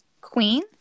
Queen